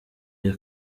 cya